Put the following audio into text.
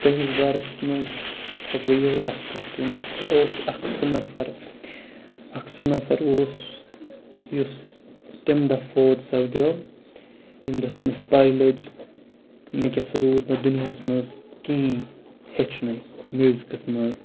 تٔمۍ سٕنٛدِس بارَس منٛز ہٮ۪کہٕ بہٕ یِہٕے اَکھ کَتھ ؤنِتھ سُہ اوس اَکھ سُہ نفر اَکھ سُہ نفر اوس یُس تمہِ دۄہ فوت سَپدیو ییٚمہِ دۄہ تٔمِس پَے لٔج مےٚ کیٛاہ سا روٗد نہٕ دُنیاہَس منٛز کِہیٖنۍ ہیٚچھنُے میوٗزکَس منٛز